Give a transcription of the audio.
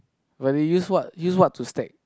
but they use what use what to stack